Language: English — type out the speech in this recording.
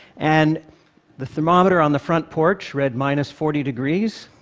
and the thermometer on the front porch read minus forty degrees